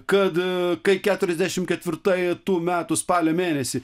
kad kai keturiasdešimt ketvirtai tų metų spalio mėnesį